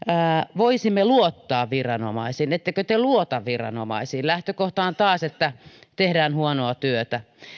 voisimme luottaa viranomaisiin ettekö te luota viranomaisiin lähtökohta on taas että tehdään huonoa työtä